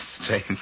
strange